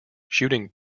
shooting